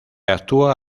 actúa